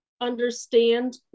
understand